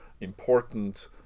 important